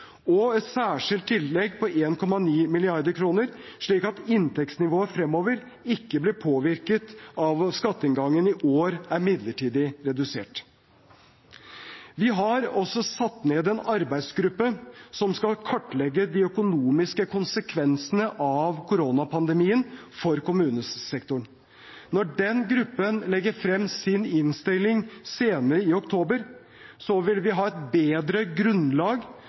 og et særskilt tillegg på 1,9 mrd. kr, slik at inntektsnivået fremover ikke blir påvirket av at skatteinngangen i år er midlertidig redusert. Vi har også satt ned en arbeidsgruppe som skal kartlegge de økonomiske konsekvensene av koronapandemien for kommunesektoren. Når den gruppen legger frem sin innstilling senere i oktober, vil vi ha et bedre grunnlag